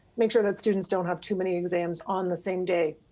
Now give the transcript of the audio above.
make sure that students don't have too many exams on the same day.